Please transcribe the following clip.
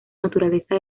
naturaleza